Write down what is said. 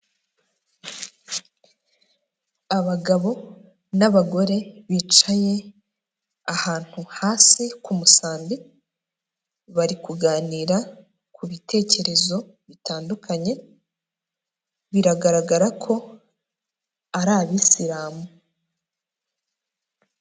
Abagabo n'abagore bicaye ahantu hasi ku musambi, bari kuganira ku bitekerezo bitandukanye biragaragara ko ari abisilamu.